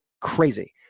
crazy